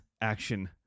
action